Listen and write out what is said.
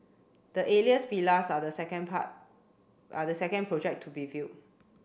the Alias Villas are the second part are the second project to be veiled